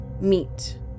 meet